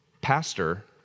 pastor